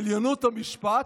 עליונות המשפט,